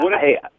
hey